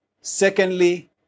Secondly